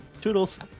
Toodles